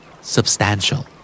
Substantial